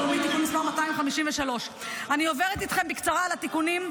בתיקון 253. אני עוברת איתכם בקצרה על התיקונים.